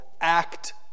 act